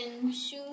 shoes